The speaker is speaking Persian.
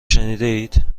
شنیدهاید